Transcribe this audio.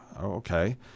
Okay